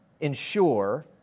ensure